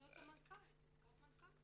הזמנו את המנכ"ל, את לשכת המנכ"ל.